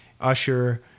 usher